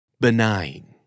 Benign